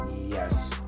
Yes